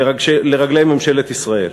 לרגלי ממשלת ישראל.